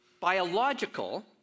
Biological